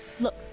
look